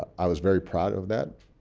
i was very proud of that.